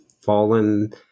fallen